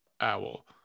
owl